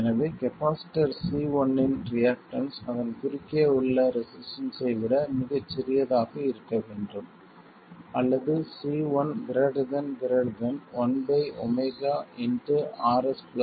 எனவே capacitor C1 இன் reactance அதன் குறுக்கே உள்ள ரெசிஸ்டன்ஸ் ஐ விட மிகச் சிறியதாக இருக்க வேண்டும் அல்லது C11RsRin